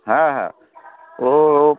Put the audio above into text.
হ্যাঁ হ্যাঁ ও